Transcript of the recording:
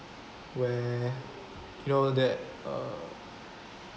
where you know that uh